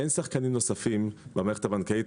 אין שחקנים נוספים במערכת הבנקאית.